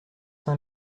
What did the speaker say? six